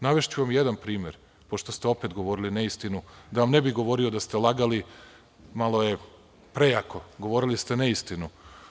Navešću vam jedan primer, pošto ste opet govorili neistinu, da vam ne bih govorio da ste lagali, malo je prejako, govorili ste neistinu.